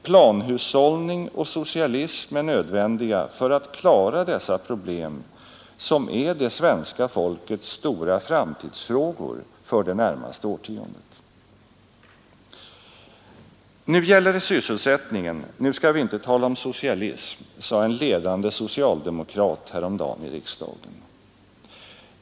Planhushållning och socialism är nödvändiga för att klara dessa problem som är det svenska folkets stora framtidsfrågor för det närmaste årtiondet. ”Nu gäller det sysselsättningen, nu skall vi inte tala om socialism”, sade en ledande socialdemokrat häromdagen i riksdagen.